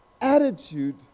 attitude